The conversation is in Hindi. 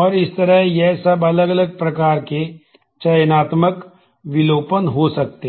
और इस तरह यह सब अलग अलग प्रकार के चयनात्मक विलोपन हो सकते हैं